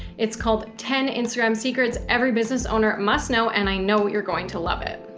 it's called ten instagram secrets. every business owner must know, and i know you're going to love it.